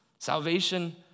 Salvation